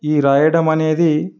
ఈ రాయడం అనేది